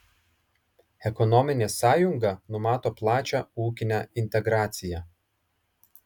ekonominė sąjunga numato plačią ūkinę integraciją